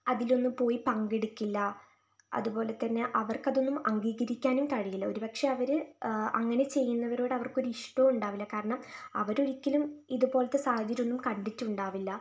അതിലൊന്നും പോയി പങ്കെടുക്കില്ല അതുപോലെ തന്നെ അവർക്ക് അതൊന്നും അംഗീകരിക്കാനും കഴിയില്ല ഒരു പക്ഷേ അവർ അങ്ങനെ ചെയ്യുന്നവരോട് അവർക്ക് ഒരിഷ്ടവും ഉണ്ടാവില്ല കാരണം അവർ ഒരിക്കലും ഇതുപോലത്തെ സാഹചര്യമൊന്നും കണ്ടിട്ടുണ്ടാവില്ല